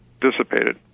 dissipated